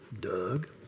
Doug